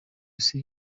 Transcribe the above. isi